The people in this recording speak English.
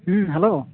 hello